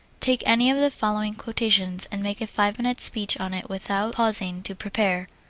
take any of the following quotations and make a five-minute speech on it without pausing to prepare.